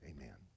Amen